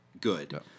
good